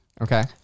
Okay